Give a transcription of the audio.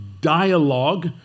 dialogue